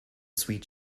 sweet